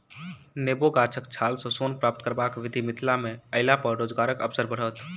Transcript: नेबो गाछक छाल सॅ सोन प्राप्त करबाक विधि मिथिला मे अयलापर रोजगारक अवसर बढ़त